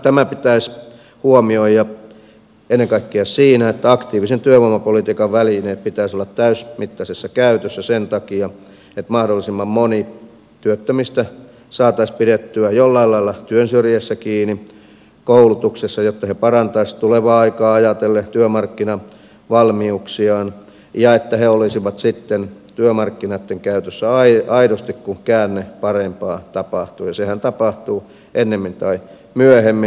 tämä pitäisi huomioida ennen kaikkea siinä että aktiivisen työvoimapolitiikan välineiden pitäisi olla täysimittaisessa käytössä sen takia että mahdollisimman moni työttömistä saataisiin pidettyä jollain lailla työn syrjässä kiinni koulutuksessa jotta he parantaisivat tulevaa aikaa ajatellen työmarkkinavalmiuksiaan ja jotta he olisivat sitten työmarkkinoitten käytössä aidosti kun käänne parempaan tapahtuu ja sehän tapahtuu ennemmin tai myöhemmin